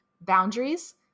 boundaries